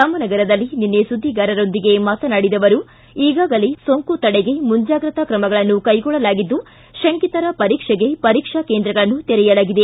ರಾಮನಗರದಲ್ಲಿ ನಿನ್ನೆ ಸುದ್ವಿಗಾರರೊಂದಿಗೆ ಮಾತನಾಡಿದ ಅವರು ಈಗಾಗಲೇ ಸೋಂಕು ತಡೆಗೆ ಮುಂಜಾಗೃತಾ ಕ್ರಮಗಳನ್ನು ಕೈಗೊಳ್ಳಲಾಗಿದ್ದು ಶಂಕಿತರ ಪರೀಕ್ಷೆಗೆ ಪರೀಕ್ಷಾ ಕೇಂದ್ರಗಳನ್ನು ತೆರೆಯಲಾಗಿದೆ